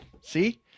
See